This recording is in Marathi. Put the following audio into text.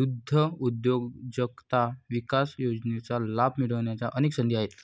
दुग्धउद्योजकता विकास योजनेचा लाभ मिळण्याच्या अनेक संधी आहेत